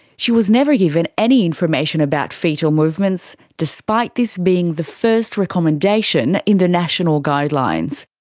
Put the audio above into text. she was never given any information about foetal movements, despite this being the first recommendation in the national guidelines.